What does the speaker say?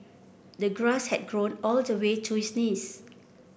the grass had grown all the way to his knees